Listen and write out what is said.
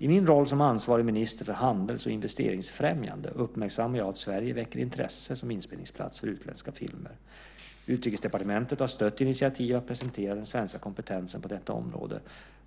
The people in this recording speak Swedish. I min roll som ansvarig minister för handels och investeringsfrämjande uppmärksammar jag att Sverige väcker intresse som inspelningsplats för utländska filmer. Utrikesdepartementet har stött initiativ att presentera den svenska kompetensen på detta område,